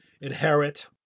inherit